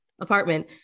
apartment